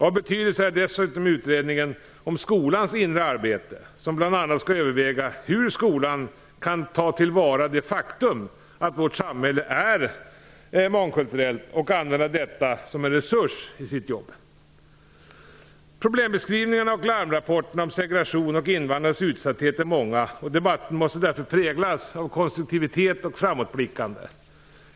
Av betydelse är dessutom utredningen om skolans inre arbete som bl.a. skall överväga hur skolan kan ta till vara det faktum att vårt samhälle är mångkulturellt och använda detta som en resurs i sitt arbete. Problembeskrivningarna och larmrapporterna om segregation och invandrares utsatthet är många och debatten måste därför präglas av konstruktivitet och framåtblickande.